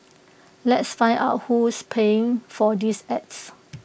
let's find out who's paying for these ads